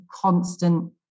constant